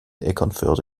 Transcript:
eckernförde